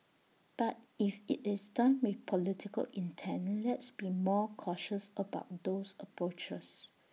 but if IT is done with political intent let's be more cautious about those approaches